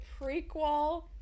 prequel